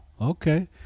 okay